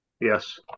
Yes